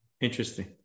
Interesting